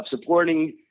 supporting